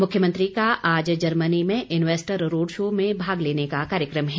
मुख्यमंत्री का आज जर्मनी में इनवेस्टर रोड शो में भाग लेने का कार्यक्रम है